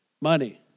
Money